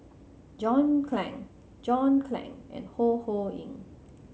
John Clang John Clang and Ho Ho Ying